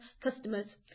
customers